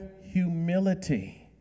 humility